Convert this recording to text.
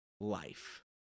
life